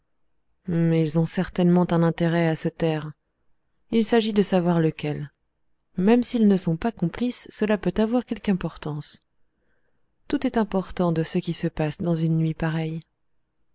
ils ont certainement un intérêt à se taire il s'agit de savoir lequel même s'ils ne sont pas complices cela peut avoir quelque importance tout est important de ce qui se passe dans une nuit pareille